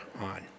on